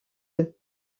eux